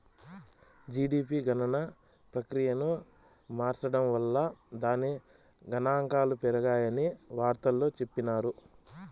GDP గణన ప్రక్రియను మార్సడం వల్ల దాని గనాంకాలు పెరిగాయని వార్తల్లో చెప్పిన్నారు